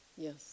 Yes